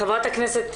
חברת הכנסת,